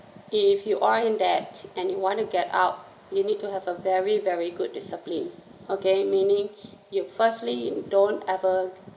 if you are in debt and you want to get out you need to have a very very good discipline okay meaning you firstly don't ever